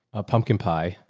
a pumpkin pie.